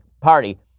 Party